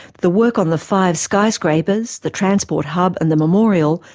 the work on the five skyscrapers, the transport hub and the memorial,